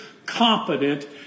Competent